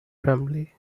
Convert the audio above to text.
family